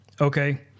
okay